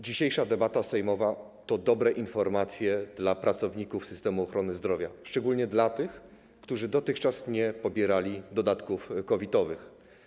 Dzisiejsza debata sejmowa to dobre informacje dla pracowników systemu ochrony zdrowia, szczególnie dla tych, którzy dotychczas nie pobierali dodatków COVID-owych.